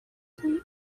please